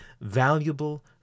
valuable